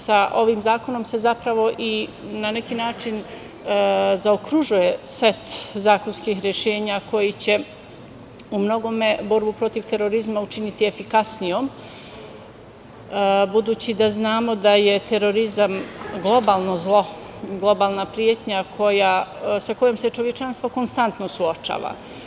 Sa ovim zakonom se na neki način zaokružuje set zakonskih rešenja koji će u mnogome borbu protiv terorizma učiniti efikasnijom, budući da znamo da je terorizam globalno zlo, globalna pretnja s kojom se čovečanstvo konstantno suočava.